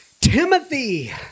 Timothy